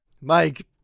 Mike